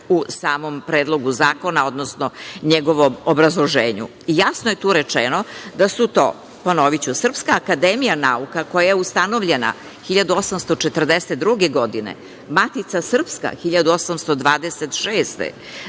u samom predlogu zakona, odnosno njegovom obrazloženju. Jasno je tu rečeno da su to, ponoviću, Srpska akademija nauka, koja je ustanovljena 1842. godine, Matica srpska 1826. godine,